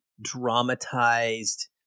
dramatized